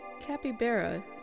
capybara